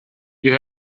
you